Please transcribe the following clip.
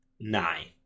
nine